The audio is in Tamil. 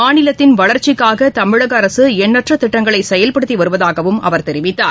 மாநிலத்தின் வளர்ச்சிக்காக தமிழக அரசு எண்ணற்றத் திட்டங்களை செயல்படுத்தி வருவதாகவும் அவர் தெரிவித்தார்